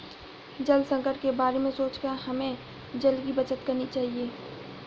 जल संकट के बारे में सोचकर हमें जल की बचत करनी चाहिए